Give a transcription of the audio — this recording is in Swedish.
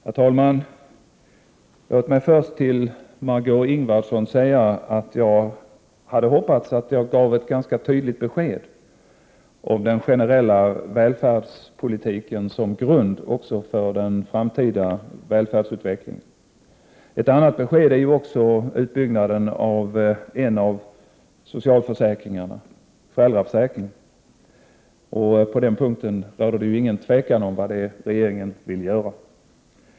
Herr talman! Först vill jag säga till Margö Ingvardsson att jag hoppades att jag hade gett ett ganska tydligt besked om den generella välfärdspolitiken som grund också för den framtida välfärdsutvecklingen. Ett annat besked gäller utbyggnaden av en av socialförsäkringarna, föräldraförsäkringen. På den punkten råder det inget tvivel om vad regeringen vill göra.